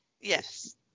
Yes